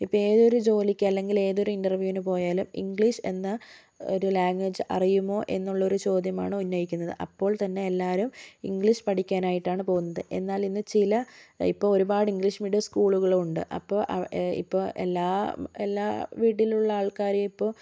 ഇപ്പം ഏതൊരു ജോലിക്ക് അല്ലെങ്കില് ഏതൊരു ഇന്റര്വ്യൂവിന് പോയാലും ഇംഗ്ലീഷ് എന്ന ഒരു ലാംഗ്വേജ് അറിയുമോ എന്നുള്ള ഒരു ചോദ്യമാണ് ഉന്നയിക്കുന്നത് അപ്പോള് തന്നെ എല്ലാവരും ഇംഗ്ലീഷ് പഠിക്കാനായിട്ടാണ് പോകുന്നത് എന്നാല് ഇന്ന് ചില ഇപ്പോൾ ഒരുപാട് ഇംഗ്ലീഷ് മീഡിയം സ്കൂളുകളും ഉണ്ട് അപ്പോൾ അവ ഇപ്പോൾ എല്ലാ എല്ലാ വീട്ടിലുള്ള ആള്ക്കാരെയും ഇപ്പോൾ